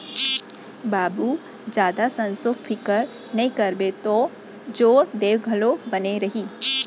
बाबू जादा संसो फिकर नइ करबे तौ जोर देंव घलौ बने रही